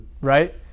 right